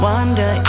Wonder